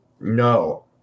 No